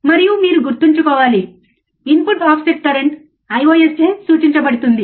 మరియు మీరు గుర్తుంచుకోవాలి ఇన్పుట్ ఆఫ్సెట్ కరెంట్ Ios చే సూచించబడుతుంది